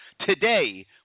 Today